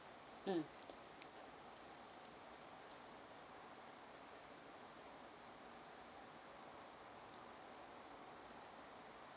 mm